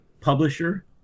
publisher